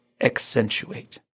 Accentuate